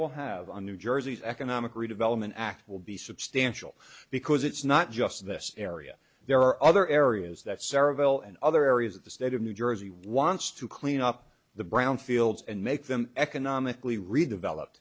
will have on new jersey's economic redevelopment act will be substantial because it's not just this area there are other areas that cerebral and other areas that the state of new jersey wants to clean up the brown fields and make them economically redeveloped